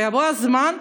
בבוא הזמן,